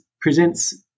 presents